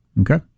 Okay